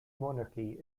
monarchy